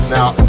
Now